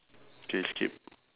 K skip